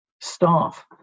staff